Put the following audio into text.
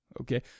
Okay